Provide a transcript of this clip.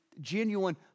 genuine